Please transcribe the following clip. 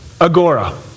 Agora